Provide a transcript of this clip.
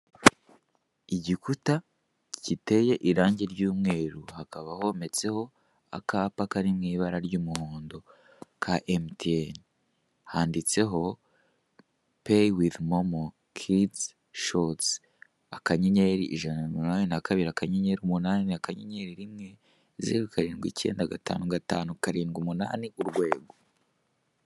Igikuta giteye irange ry'umweru hakaba hometseho akapa kari mu ibara ry'umuhondo ka emutiyeni, handitseho peyi wivu momo, kidi, shotsi akanyenyeri ijana na mirongo inani na kabiri akanyenyeri umunani akanyenyeri rimwe zeru karindwi icyenda gatanu gatanu karindwi umunani urwego.